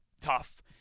tough –